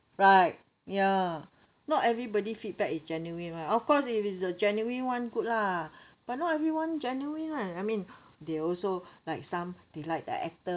right ya not everybody feedback is genuine [one] of course if it is a genuine [one] good lah but not everyone genuine lah I mean they also like some they like the actor